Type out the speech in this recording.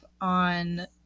on